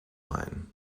line